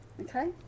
okay